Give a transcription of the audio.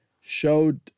showed